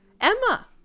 Emma